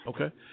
Okay